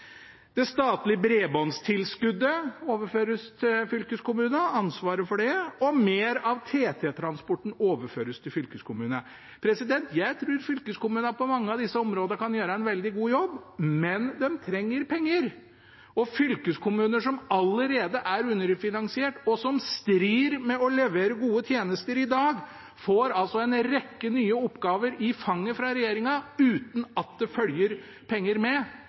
det statlige bredbåndstilskuddet overføres til fylkeskommunene, og mer av TT-transporten overføres til fylkeskommunene. Jeg tror fylkeskommunene på mange av disse områdene kan gjøre en veldig god jobb, men de trenger penger. Fylkeskommuner som allerede er underfinansiert, og som strir med å levere gode tjenester i dag, får altså en rekke nye oppgaver i fanget fra regjeringen, uten at det følger penger med.